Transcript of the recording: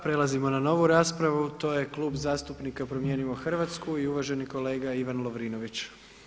Prelazimo na novu raspravu, to je Klub zastupnika Promijenimo Hrvatsku i uvaženi kolega Ivan Lovrinović.